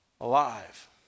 alive